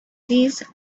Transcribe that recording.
this